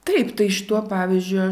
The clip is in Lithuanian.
taip tai šituo pavyzdžiu